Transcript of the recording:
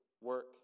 work